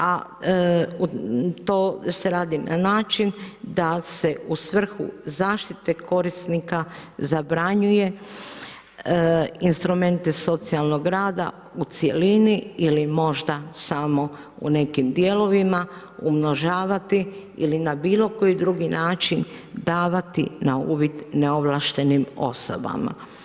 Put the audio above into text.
A to se radi na način, da se u svrhu zaštite korisnika zabranjuje instrumente socijalnog rada u cjelini ili možda samo u nekim dijelovima, umnožavati ili na bilo koji drugi način, davati na uvid neovlaštenim osobama.